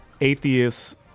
atheists